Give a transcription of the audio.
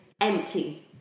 empty